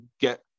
get